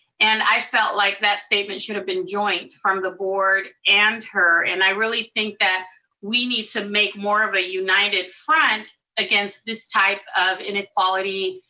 and i felt like that statement should have been joined from the board and her. and i really think that we need to make more of a united front against this type of inequality,